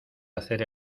hacer